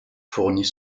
fournit